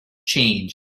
change